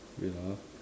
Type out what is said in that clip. wait ah